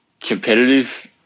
competitive